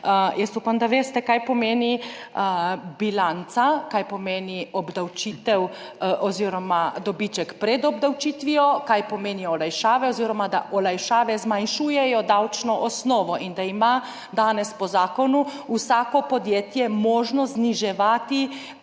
Jaz upam, da veste, kaj pomeni bilanca, kaj pomeni obdavčitev oziroma dobiček pred obdavčitvijo, kaj pomenijo olajšave oziroma da olajšave zmanjšujejo davčno osnovo in da ima danes po zakonu vsako podjetje možnost zniževati